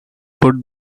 put